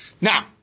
Now